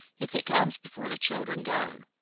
if it comes before the children go.